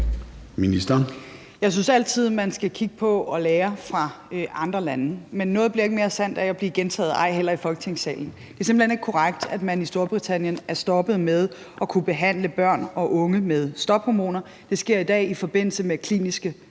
Jeg synes altid, at man skal kigge til og lære af andre lande, men noget bliver ikke mere sandt af at blive gentaget, ej heller i Folketingssalen. Det er simpelt hen ikke korrekt, at man i Storbritannien er stoppet med at kunne behandle børn og unge med stophormoner. Det sker i dag i forbindelse med kliniske